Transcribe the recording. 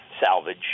salvage